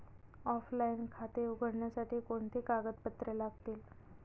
Offline खाते उघडण्यासाठी कोणती कागदपत्रे लागतील?